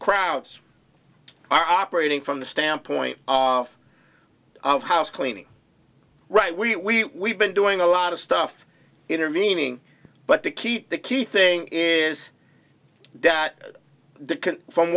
crowds are operating from the standpoint of of housecleaning right we been doing a lot of stuff intervening but to keep the key thing is that the